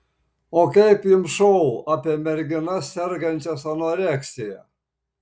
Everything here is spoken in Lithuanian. o kaip jums šou apie merginas sergančias anoreksija